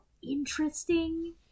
interesting